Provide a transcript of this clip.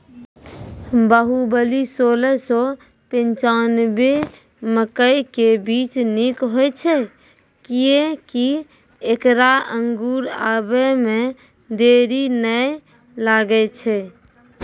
बाहुबली सोलह सौ पिच्छान्यबे मकई के बीज निक होई छै किये की ऐकरा अंकुर आबै मे देरी नैय लागै छै?